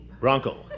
Bronco